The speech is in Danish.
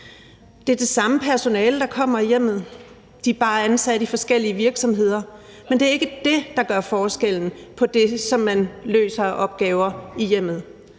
Det er det samme personale, der kommer i hjemmet, de er bare ansat i forskellige virksomheder, men det er ikke det, der gør forskellen, hvad angår de opgaver, man